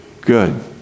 good